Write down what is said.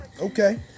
Okay